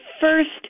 first